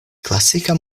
klasika